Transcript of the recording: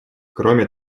кроме